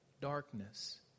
darkness